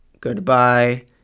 goodbye